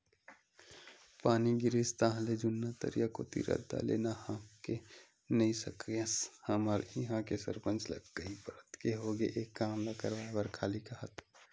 पानी गिरिस ताहले जुन्ना तरिया कोती रद्दा ले नाहके नइ सकस हमर इहां के सरपंच ल कई परत के होगे ए काम ल करवाय बर खाली काहत